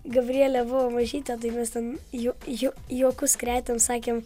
gabrielė buvo mažytė tai mes ten juo juokus kretėm sakėm